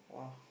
!wah!